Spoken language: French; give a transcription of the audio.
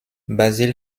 basil